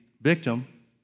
victim